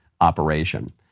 operation